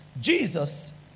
Jesus